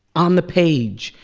on the page,